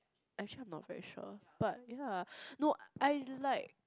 actually I'm not very sure but ya no I like